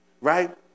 right